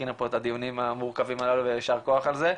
הכינה פה את הדיונים המורכבים הללו וישר כוח על זה,